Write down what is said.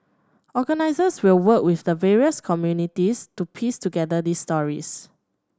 organisers will work with the various communities to piece together these stories